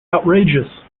outrageous